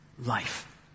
Life